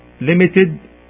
Limited